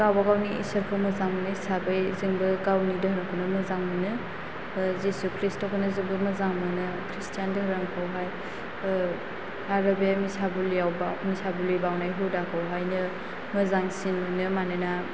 गावबा गावनि इसोरखौ मोजां मोनो हिसाबै जोंबो गावनि दोहोरोमखौनो मोजां मोनो जिसु ख्रीष्टखौनो जोबोत मोजां मोनो खृस्तियान दोहोरोमखौहाय आरो बे मिसाबुलि बावनाय हुदाखौ हायनो मोजांसिन मोनो मानोना